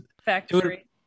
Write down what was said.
factory